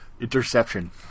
interception